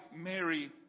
Mary